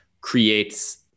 creates